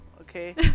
okay